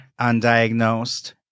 undiagnosed